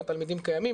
התלמידים קיימים,